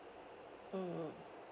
mm mm